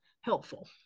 helpful